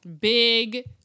Big